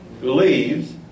Believes